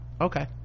okay